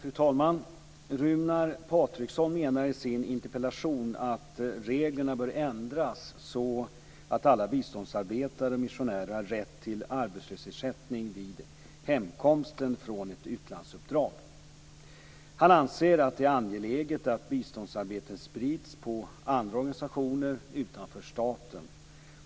Fru talman! Runar Patriksson menar i sin interpellation att reglerna bör ändras så att alla biståndsarbetare och missionärer har rätt till arbetslöshetsersättning vid hemkomsten från ett utlandsuppdrag. Han anser att det är angeläget att biståndsarbeten sprids på andra organisationer utanför staten.